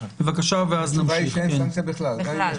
התשובה שאין סנקציה בכלל, גם אם יש לו?